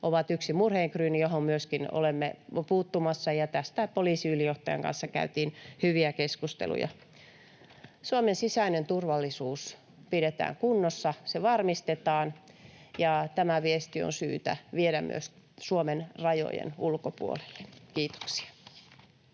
ovat yksi murheenkryyni, johon myöskin olemme puuttumassa, ja tästä poliisiylijohtajan kanssa käytiin hyviä keskusteluja. Suomen sisäinen turvallisuus pidetään kunnossa, se varmistetaan, ja tämä viesti on syytä viedä myös Suomen rajojen ulkopuolelle. — Kiitoksia.